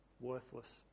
worthless